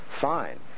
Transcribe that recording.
fine